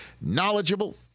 knowledgeable